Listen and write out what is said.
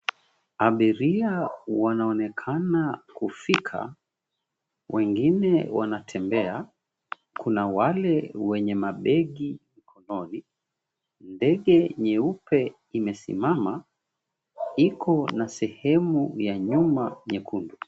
Abiria wanaonekana kufika, wengine wanatembea kuna wale wenye mabegi mkononi, ndege nyeupe imesimama Iko na sehemu ya nyuma nyekundu.